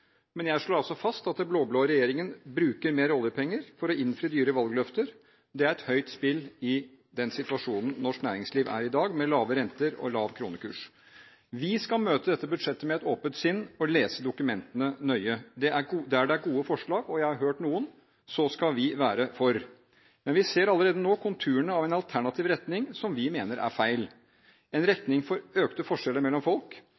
men jeg slår fast at den blå-blå regjeringen bruker mer oljepenger for å innfri dyre valgløfter. Det er et høyt spill i den situasjonen norsk næringsliv er i i dag, med lave renter og lav kronekurs. Vi skal møte dette budsjettet med et åpent sinn og lese dokumentene nøye. Der det er gode forslag – og jeg har hørt noen – skal vi være for. Men vi ser allerede nå konturene av en alternativ retning som vi mener er feil – en retning for økte forskjeller mellom folk.